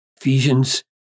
Ephesians